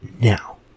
Now